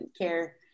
care